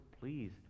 please